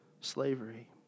slavery